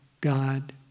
God